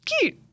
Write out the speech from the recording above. cute